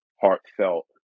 Heartfelt